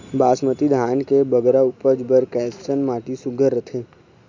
बासमती धान के बगरा उपज बर कैसन माटी सुघ्घर रथे?